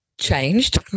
Changed